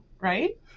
right